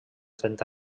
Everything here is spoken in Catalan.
trenta